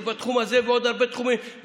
זה בתחום הזה ובעוד הרבה תחומים.